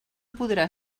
podrà